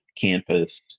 campus